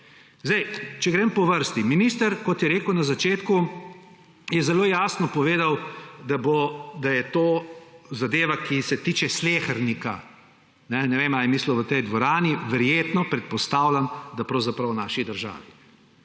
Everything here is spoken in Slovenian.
prav. Če grem po vrsti. Minister, kot je na začetku zelo jasno povedal, da je to zadeva, ki se tiče slehernika. Ne vem, ali je mislil v tej dvorani, verjetno, predpostavljam, da pravzaprav v naši državi.